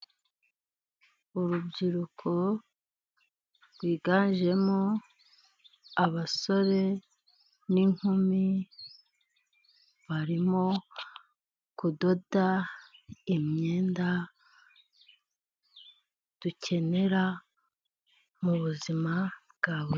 Urubyiruko rwiganjemo abasore n'inkumi, barimo kudoda imyenda dukenera mu buzima bwa buri munsi.